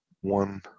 one